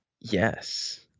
yes